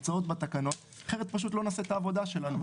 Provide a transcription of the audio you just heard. שמוצעות בתקנות, אחרת לא נעשה את העבודה שלנו.